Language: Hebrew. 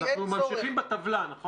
אנחנו ממשיכים בטבלה, נכון?